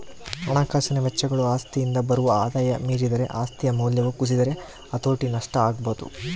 ಹಣಕಾಸಿನ ವೆಚ್ಚಗಳು ಆಸ್ತಿಯಿಂದ ಬರುವ ಆದಾಯ ಮೀರಿದರೆ ಆಸ್ತಿಯ ಮೌಲ್ಯವು ಕುಸಿದರೆ ಹತೋಟಿ ನಷ್ಟ ಆಗಬೊದು